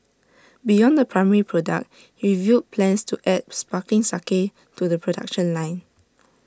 beyond the primary product he revealed plans to add sparkling sake to the production line